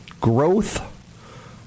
Growth